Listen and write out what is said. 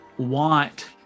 Want